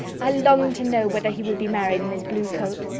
i longed to know whether he would be married in his blue coat.